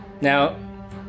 Now